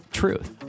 truth